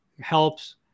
helps